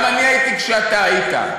גם אני הייתי כשאתה היית.